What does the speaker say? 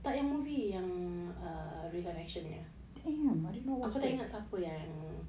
tak yang movie yang err real life action nya aku tak ingat siapa yang